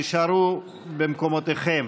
תישארו במקומותיכם.